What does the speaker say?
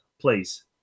please